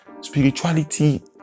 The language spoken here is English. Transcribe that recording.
Spirituality